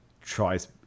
tries